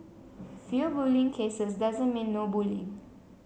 few bullying cases doesn't mean no bullying